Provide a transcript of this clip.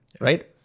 right